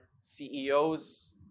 CEOs